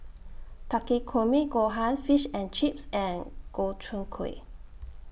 Takikomi Gohan Fish and Chips and Gobchang Gui